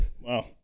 Wow